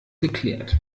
geklärt